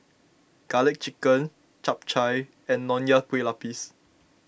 Garlic Chicken Chap Chai and Nonya Kueh Lapis